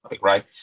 right